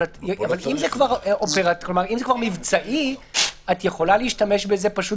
אבל אם זה כבר מבצעי את יכולה להשתמש בזה פשוט